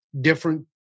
different